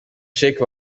sheikh